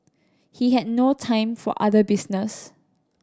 he had no time for other business